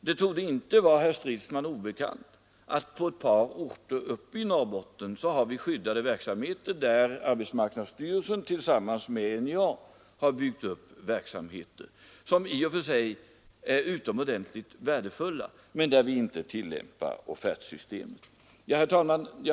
Det torde inte vara herr Stridsman obekant att arbetsmarknadsstyrelsen tillsammans med NJA på ett par orter uppe i Norrbotten har byggt upp skyddade verksamheter, som i och för sig är utomordentligt värdefulla men där vi inte tillämpar offertsystemet. Herr talman!